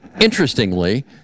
interestingly